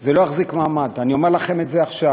זה לא יחזיק מעמד, אני אומר לכם את זה עכשיו: